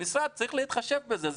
המשרד צריך להתחשב בזה.